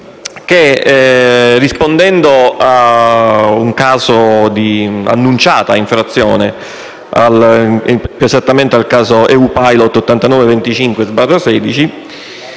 che, rispondendo a un caso di annunciata infrazione, più esattamente al caso EU-Pilot 8925/16/CNECT,